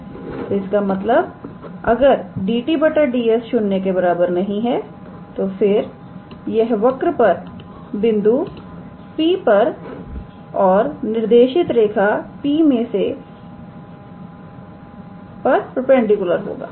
तो इसका मतलब अगर 𝑑𝑡 𝑑𝑠 ≠ 0 है तो फिर यह वक्र पर बिंदु P पर और निर्देशित रेखा P में से पर परपेंडिकुलर होगा